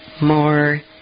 more